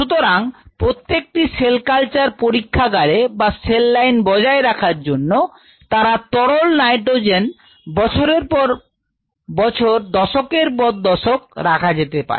সুতরাং প্রত্যেক টি সেল কালচার পরীক্ষাগারে বা সেল লাইন বজায় রাখার জন্য তারা তরল নাইট্রোজেন বছরের পর বছর দশকের পর দশক রাখা যেতে পারে